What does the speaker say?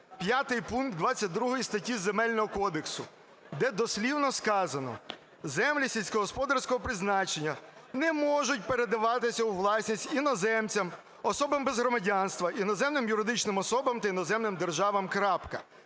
п'ятий пункт 22 статті Земельного кодексу, де дослівно сказано: "Землі сільськогосподарського призначення не можуть передаватися у власність іноземцям, особам без громадянства, іноземним юридичним особам та іноземним державам".